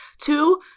Two